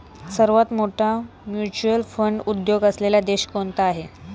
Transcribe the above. सर्वात मोठा mutual fund उद्योग असलेला देश कोणता आहे?